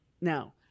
Now